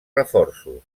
reforços